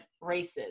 races